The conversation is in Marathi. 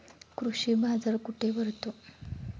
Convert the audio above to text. कृषी बाजार कुठे भरतो?